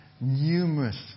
numerous